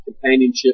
companionship